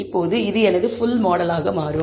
இப்போது இது எனது ஃபுல் மாடலாக மாறும்